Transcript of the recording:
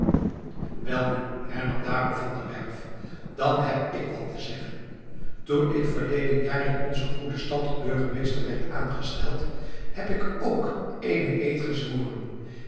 welnu hernam daarop van der werff dan heb ik wat te zeggen toen ik verleden jaar in onze goede stad tot burgemeester werd aangesteld heb ik k eenen